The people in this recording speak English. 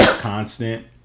constant